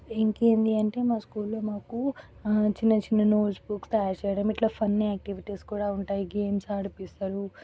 ఇంకేంటి అంటే మా స్కూల్లో మాకు చిన్నచిన్న నోట్స్ బుక్ తయారు చేయడం ఇట్లా ఫన్నీ ఆక్టివిటీస్ కూడా ఉంటాయి గేమ్స్ ఆడిపిస్తారు